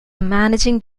managing